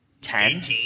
Ten